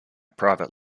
private